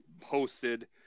posted